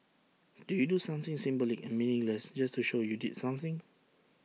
do you do something symbolic and meaningless just to show you did something